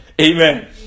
Amen